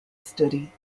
study